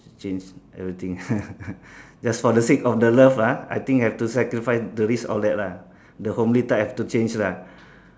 change everything just for the sake of the love ah I think have to sacrifice the risk all that lah the homely type have to change lah